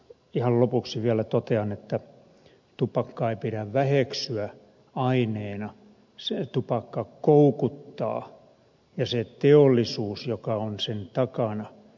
ihan lopuksi vielä totean että tupakkaa ei pidä väheksyä aineena tupakka koukuttaa ja sen teollisuuden joka on sen takana